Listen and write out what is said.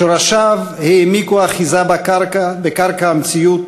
שורשיו העמיקו אחיזה בקרקע,